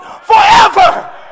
forever